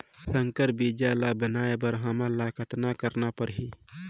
संकर बीजा ल बनाय बर हमन ल कतना करना परही?